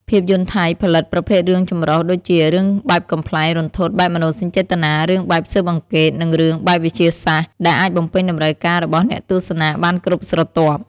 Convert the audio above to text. ភាពយន្តថៃផលិត ប្រភេទរឿងចម្រុះ ដូចជា រឿងបែបកំប្លែង រន្ធត់ បែបមនោសញ្ចេតនា រឿងបែបស៊ើបអង្កេត និងរឿងបែបវិទ្យាសាស្ត្រ ដែលអាចបំពេញតម្រូវការរបស់អ្នកទស្សនាបានគ្រប់ស្រទាប់។